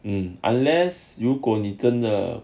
mm unless 如果你真的